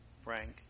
Frank